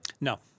No